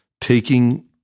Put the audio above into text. taking